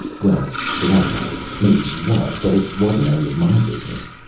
well, for that matter, maybe she was but it wasn't any of my business.